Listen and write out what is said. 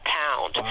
pound